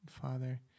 Father